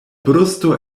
brusto